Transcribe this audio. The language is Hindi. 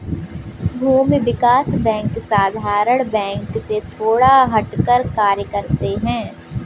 भूमि विकास बैंक साधारण बैंक से थोड़ा हटकर कार्य करते है